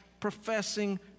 professing